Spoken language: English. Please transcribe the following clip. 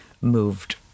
moved